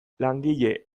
langile